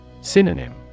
Synonym